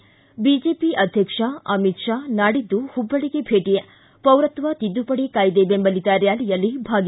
ಿ ಬಿಜೆಪಿ ಅಧ್ಯಕ್ಷ ಅಮಿತ್ ಶಾ ನಾಡಿದ್ದು ಹುಬ್ಬಳ್ಳಗೆ ಭೇಟ ಪೌರತ್ವ ತಿದ್ದುಪಡಿ ಕಾಯ್ದೆ ಬೆಂಬಲಿತ ರ್ಕಾಲಿಯಲ್ಲಿ ಭಾಗಿ